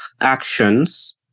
actions